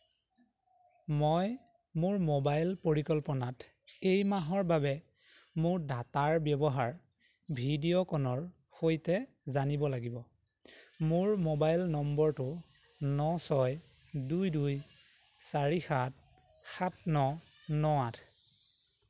মই মোৰ মোবাইল পৰিকল্পনাত এই মাহৰ বাবে মোৰ ডাটাৰ ব্যৱহাৰ ভিডিঅ'কনৰ সৈতে জানিব লাগিব মোৰ মোবাইল নম্বৰটো ন ছয় দুই দুই চাৰি সাত সাত ন ন আঠ